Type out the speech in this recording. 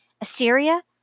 Assyria